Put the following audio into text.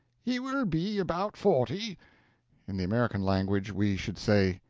he will be about forty in the american language we should say,